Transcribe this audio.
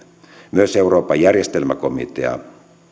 myös euroopan järjestelmäkomitea